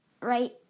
right